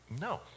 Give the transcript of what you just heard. No